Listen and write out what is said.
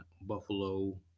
Buffalo